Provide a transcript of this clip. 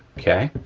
okay.